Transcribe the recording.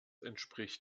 entspricht